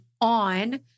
on